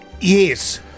Yes